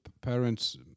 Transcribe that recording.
parents